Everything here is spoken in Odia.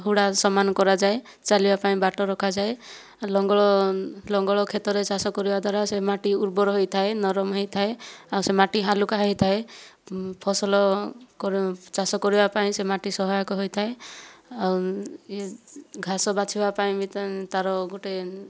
ହୁଡ଼ା ସମାନ କରାଯାଏ ଚାଲିବା ପାଇଁ ବାଟ ରଖାଯାଏ ଲଙ୍ଗଳ ଲଙ୍ଗଳ କ୍ଷେତରେ ଚାଷ କରିବା ଦ୍ଵାରା ସେ ମାଟି ଉର୍ବର ହୋଇଥାଏ ନରମ ହୋଇଥାଏ ଆଉ ସେ ମାଟି ହାଲୁକା ହୋଇଥାଏ ଫସଲ ଚାଷ କରିବା ପାଇଁ ସେ ମାଟି ସହାୟକ ହୋଇଥାଏ ଘାସ ବାଛିବା ପାଇଁ ବି ତାର ଗୋଟେ